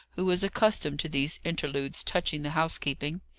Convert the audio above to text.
who was accustomed to these interludes touching the housekeeping.